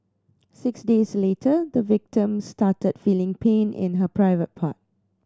six days later the victim started feeling pain in her private part